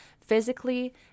physically